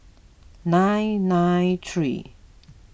nine nine three